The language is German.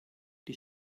die